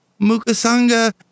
Mukasanga